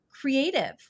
creative